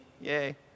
Yay